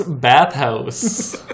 bathhouse